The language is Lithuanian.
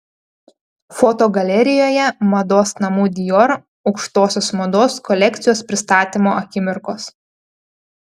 fotogalerijoje mados namų dior aukštosios mados kolekcijos pristatymo akimirkos